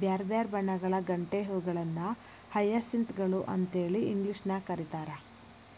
ಬ್ಯಾರ್ಬ್ಯಾರೇ ಬಣ್ಣಗಳ ಗಂಟೆ ಹೂಗಳನ್ನ ಹಯಸಿಂತ್ ಗಳು ಅಂತೇಳಿ ಇಂಗ್ಲೇಷನ್ಯಾಗ್ ಕರೇತಾರ